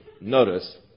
notice